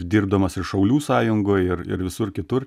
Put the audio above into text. dirbdamas ir šaulių sąjungoj ir ir visur kitur